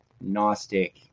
Gnostic